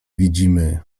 widzimy